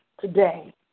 today